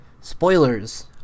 Spoilers